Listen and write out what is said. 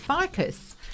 ficus